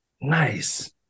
Nice